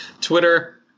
Twitter